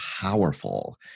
powerful